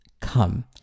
Come